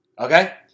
Okay